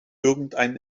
irgendeinen